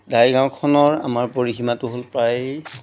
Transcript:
ঢাৰিগাঁওখনৰ আমাৰ পৰিসীমাটো হ'ল প্ৰায়